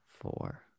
Four